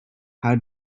how